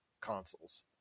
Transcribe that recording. consoles